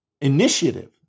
initiative